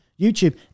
YouTube